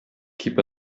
keep